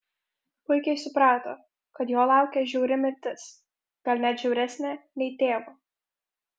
puikiai suprato kad jo laukia žiauri mirtis gal net žiauresnė nei tėvo